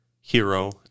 hero